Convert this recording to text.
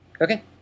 Okay